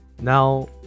Now